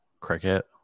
Cricket